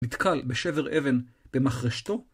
נתקל בשבר אבן במחרשתו.